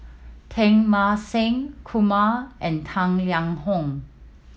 Teng Mah Seng Kumar and Tang Liang Hong